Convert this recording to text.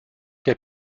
der